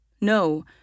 No